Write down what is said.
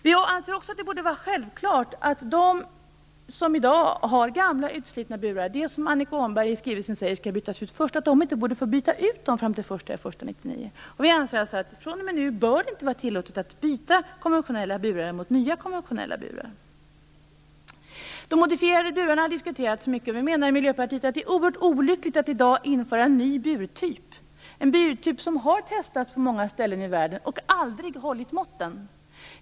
Vi anser också att det borde vara självklart att de som i dag har gamla, utslitna burar - vilka enligt vad Annika Åhnberg uttalar i skrivelsen skall bytas ut först - inte borde få byta ut dem fram till den 1 januari 1999. Vi anser att det fr.o.m. nu inte bör vara tillåtet att byta konventionella burar mot nya konventionella burar. De modifierade burarna har diskuterats mycket, och vi menar i Miljöpartiet att det är oerhört olyckligt att i dag införa en ny burtyp, en burtyp som har testats på många ställen i världen och aldrig har hållit måttet.